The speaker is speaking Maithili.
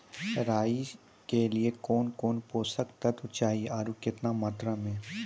राई के लिए कौन कौन पोसक तत्व चाहिए आरु केतना मात्रा मे?